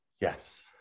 Yes